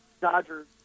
Dodgers